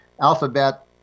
alphabet